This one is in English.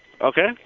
Okay